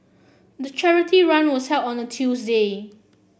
the charity run was held on a Tuesday